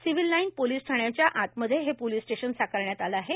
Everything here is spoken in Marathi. सिव्हील लाईन पोलीस ठाण्याच्या आतमध्ये हे पोलीस स्टेशन साकारण्यात आले आहे